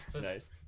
Nice